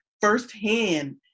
firsthand